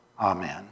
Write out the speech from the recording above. Amen